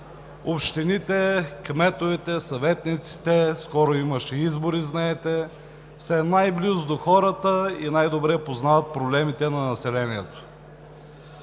общините, кметовете, съветниците – скоро имаше избори, знаете, са най-близо до хората и най-добре познават проблемите на населението.